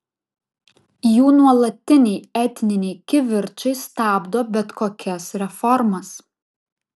jų nuolatiniai etniniai kivirčai stabdo bet kokias reformas